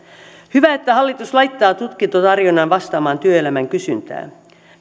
hyvä että hallitus laittaa tutkintotarjonnan vastaamaan työelämän kysyntää